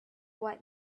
what